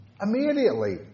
Immediately